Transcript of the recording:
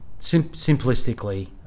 simplistically